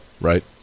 right